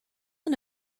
and